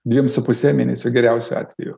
dviem su puse mėnesio geriausiu atveju